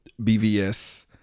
bvs